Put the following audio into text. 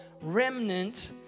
remnant